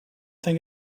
think